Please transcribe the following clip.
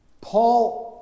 Paul